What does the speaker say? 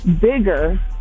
bigger